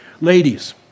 Ladies